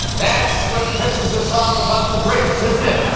that's what pisses us off about the brits, isn't it?